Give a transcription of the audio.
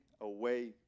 away